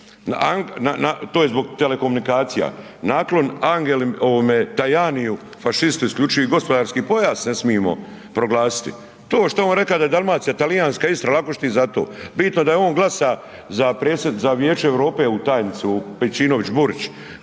to je zbog telekomunikacija, naklon Angeli ovome Tajaniju fašisti isključivi gospodarski ne smijemo proglasit. To što je on reka da je Dalmacija Talijanska Istra lako ćeš ti za to, bitno je da je on glasa za Vijeće Europe ovu tajnicu Pejčinović Burić